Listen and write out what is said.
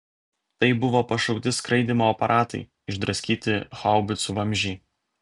tai buvo pašauti skraidymo aparatai išdraskyti haubicų vamzdžiai